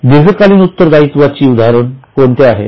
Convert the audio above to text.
दीर्घकालीन उत्तरदायित्वाची उदाहरण कोणते आहेत